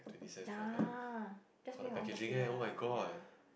ya just bring your own plastic bag lah ya